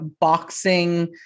boxing